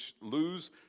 lose